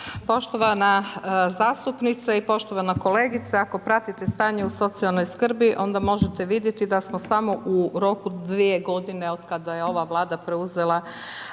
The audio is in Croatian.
Poštovana zastupnice i poštovana kolegice. Ako pratite stanje o socijalnoj skrbi, onda možete vidjeti, da smo samo u roku od 2 g. od kada je ova Vlada preuzeli,